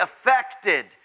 affected